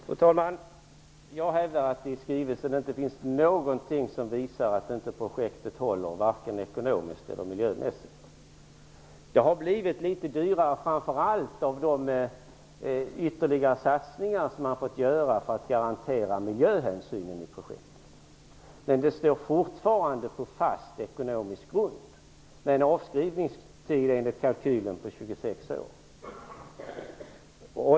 Fru talman! Jag hävdar att det i skrivelsen inte finns någonting som visar att inte projektet håller ekonomiskt eller miljömässigt. Det har blivit litet dyrare framför allt på grund av de ytterligare satsningar som man fått göra för att garantera miljöhänsynen i projektet. Men projektet står fortfarande på en fast ekonomisk grund, med en avskrivningstid enligt kalkylen på 26 år.